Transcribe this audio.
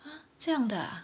!huh! 这样的 ah